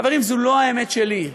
חברים, זו לא האמת שלי,